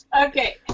okay